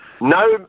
no